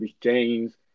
James